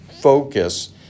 focus